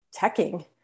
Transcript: teching